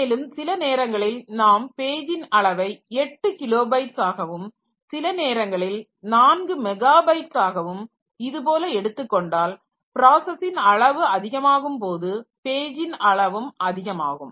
மேலும் சில நேரங்களில் நாம் பேஜின் அளவை 8 கிலோ பைட்ஸ் ஆகவும் சில நேரங்களில் 4 மெகா பைட்ஸ் ஆகவும் இது போல எடுத்துக்கொண்டால் பிராசஸின் அளவு அதிகமாகும்போது பேஜின் அளவும் அதிகம் ஆகும்